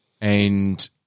and-